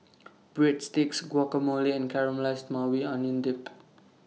Breadsticks Guacamole and Caramelized Maui Onion Dip